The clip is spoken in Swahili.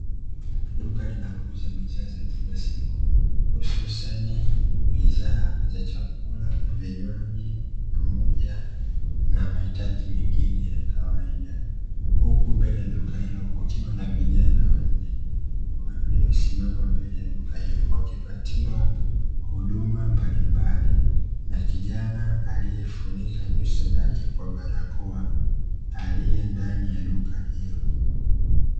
Duka linalouza bidhaa za kila siku hususa ni bidhaa za chakula, vibywaji pamoja na bidhaa zingine za kawaida, huku mbele ya duka hilo kukiwa na vijana wanne waliosimama mbele ya duka hilo wakipatiwa huduma mbalimbali na kijana aliefunika nyuso yake kwa barakoa aliendani ya duka hilo.